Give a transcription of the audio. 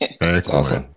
Excellent